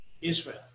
Israel